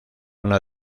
una